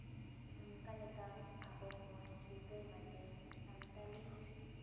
ᱚᱱᱠᱟ ᱞᱮᱠᱟ ᱟᱵᱚ ᱦᱚᱸᱵᱚᱱ ᱨᱤᱠᱟᱹᱭ ᱢᱟ ᱡᱮ ᱥᱟᱱᱛᱟᱲᱤ